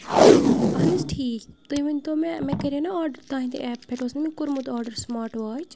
اَہن حظ ٹھیٖک تُہۍ ؤنتو مےٚ مےٚ کَرے نہ آرڈر تُہِندِ ایپ پٮ۪ٹھ اوس نہ مےٚ کوٚرمُت آرڈر سُماٹ واچ